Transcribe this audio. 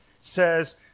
says